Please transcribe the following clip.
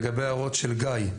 לגבי ההערות של גיא,